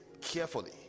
carefully